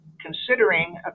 considering